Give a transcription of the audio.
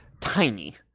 tiny